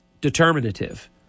determinative